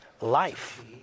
life